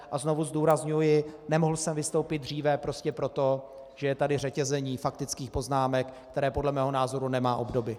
A znovu zdůrazňuji: nemohl jsem vystoupit dříve prostě proto, že je tady řetězení faktických poznámek, které podle mého názoru nemá obdoby.